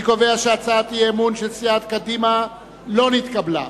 אני קובע שהצעת האי-אמון של סיעת קדימה לא נתקבלה.